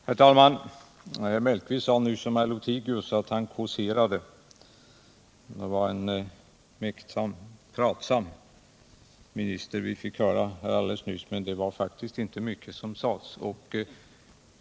Herr talman! Herr Mellqvist sade nyss om herr Lothigius att han kåserade. Det var en pratsam minister vi fick höra här alldeles nyss, men det var faktiskt inte mycket som sades.